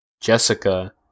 Jessica